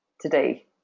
today